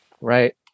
Right